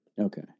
Okay